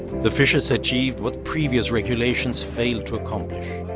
the fishers achieved what previous regulations failed to accomplish.